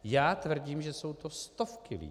Já tvrdím, že jsou to stovky lidí.